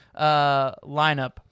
lineup